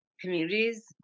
communities